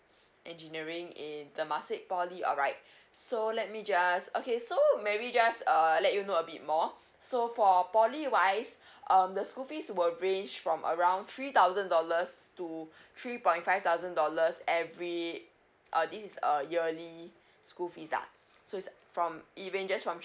engineering in temasek P_O_L_Y alright so let me just okay so maybe just err let you know a bit more so for P_O_L_Y wise um the school fees will range from around three thousand dollars to three point five thousand dollars every uh this is uh yearly school fees lah so it's from it ranges from